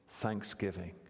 thanksgiving